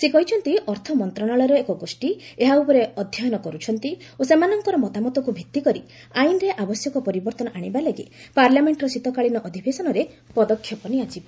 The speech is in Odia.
ସେ କହିଛନ୍ତି ଅର୍ଥ ମନ୍ତଶାଳୟର ଏକ ଗୋଷୀ ଏହା ଉପରେ ଅଧ୍ୟୟନ କରୁଛନ୍ତି ଓ ସେମାନଙ୍କର ମତାମତକୁ ଭିତ୍ତିକରି ଆଇନରେ ଆବଶ୍ୟକ ପରିବର୍ତ୍ତନ ଆଣିବା ଲାଗି ପାର୍ଲାମେଣ୍ଟ୍ର ଶୀତକାଳୀନ ଅଧିବେଶନରେ ପଦକ୍ଷେପ ନିଆଯିବ